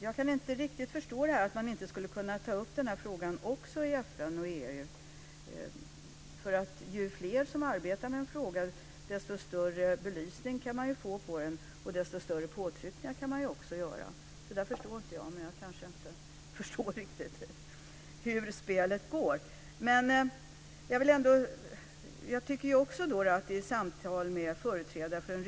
Jag kan inte riktigt förstå att man inte skulle kunna ta upp den här frågan också i FN och EU, därför att ju fler som arbetar med en fråga desto större belysning kan den få och desto större påtryckningar kan man göra. Det där förstår jag inte, men jag kanske inte riktigt förstår spelets gång.